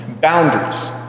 boundaries